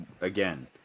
again